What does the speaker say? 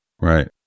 Right